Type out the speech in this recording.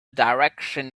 direction